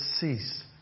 cease